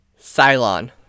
Cylon